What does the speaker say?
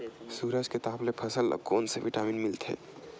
सूरज के ताप ले फसल ल कोन ले विटामिन मिल थे?